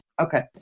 Okay